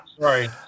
sorry